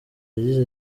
yagize